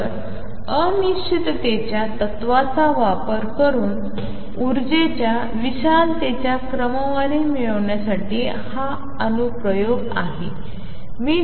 तर अनिश्चिततेच्या तत्त्वाचा वापर करून ऊर्जेच्या विशालतेच्या क्रमवारी मिळविण्यासाठी हा अनुप्रयोग आहे